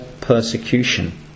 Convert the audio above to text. persecution